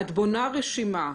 את בונה רשימה.